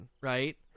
right